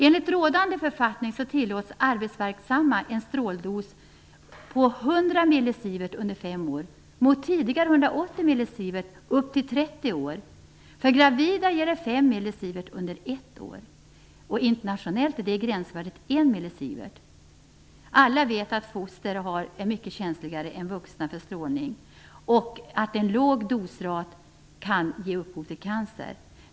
Enligt rådande författning tillåts arbetsverksamma en stråldos på 100 millisivert under fem år mot tidigare 180 millisivert under uppemot 30 år. För gravida gäller 5 millisivert under ett år. Internationellt är gränsvärdet 1 millisivert. Alla vet att foster är mycket känsligare för strålning än vuxna och att en låg dosrat kan ge upphov till cancer.